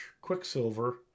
Quicksilver